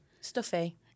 stuffy